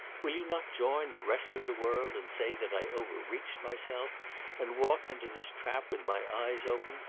will you not join the rest of the world and say that i overreached myself and walked into this trap with my eyes open,